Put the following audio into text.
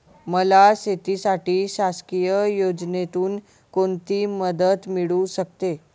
मला शेतीसाठी शासकीय योजनेतून कोणतीमदत मिळू शकते?